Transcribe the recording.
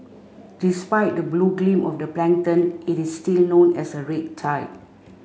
despite the blue gleam of the plankton it is still known as a red tide